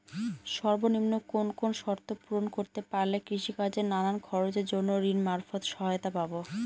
সর্বনিম্ন কোন কোন শর্ত পূরণ করতে পারলে কৃষিকাজের নানান খরচের জন্য ঋণ মারফত সহায়তা পাব?